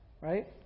Right